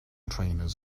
trainers